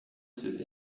ses